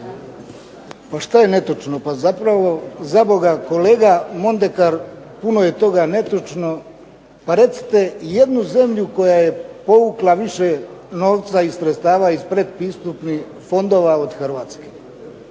Pa šta je netočno? Pa zapravo za Boga kolega Mondekar puno je toga netočno. Pa recite i jednu zemlju koja je povukla više novca i sredstava iz pretpristupnih fondova od Hrvatske